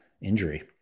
injury